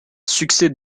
succès